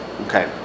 Okay